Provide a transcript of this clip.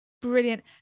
brilliant